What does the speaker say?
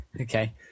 Okay